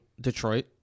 Detroit